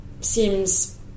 seems